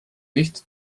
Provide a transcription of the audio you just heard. nicht